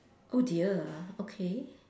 oh dear okay